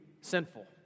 sinful